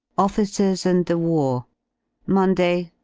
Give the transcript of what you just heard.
officers and the war monday,